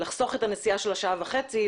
לחסוך את הנסיעה של השעה וחצי,